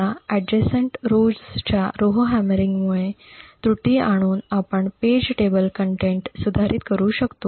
आता समीपच्या पंक्तींच्या रोव्हहॅमरिंगमध्ये त्रुटी आणून आपण पेज टेबल कन्टेन्ट सुधारित करू शकतो